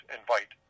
invite